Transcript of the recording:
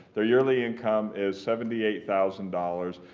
their yearly income is seventy eight thousand dollars,